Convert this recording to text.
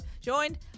joined